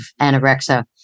anorexia